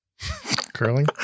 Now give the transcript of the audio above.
Curling